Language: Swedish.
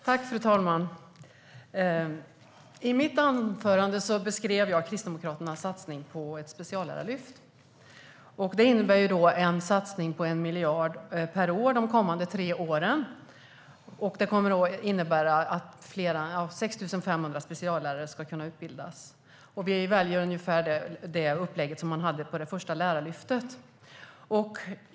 Fru talman! I mitt anförande beskrev jag Kristdemokraternas satsning på ett speciallärarlyft. Det innebär en satsning på 1 miljard per år de kommande tre åren och att 6 500 speciallärare ska kunna utbildas. Vi väljer ungefär det upplägg som man hade på det första Lärarlyftet.